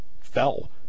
fell